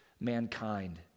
mankind